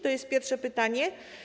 To jest pierwsze pytanie.